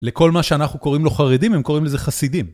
לכל מה שאנחנו קוראים לו חרדים, הם קוראים לזה חסידים.